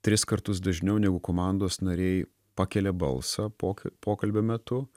tris kartus dažniau negu komandos nariai pakelia balsą pok pokalbio metu